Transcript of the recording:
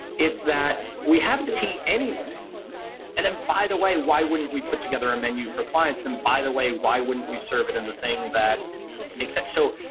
it's that we have the tea anyway and then, by the way, why wouldn't we put together a menu for clients and by the way why wouldn't we serve it on and the thing that makes it? so,